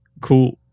cool